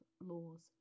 laws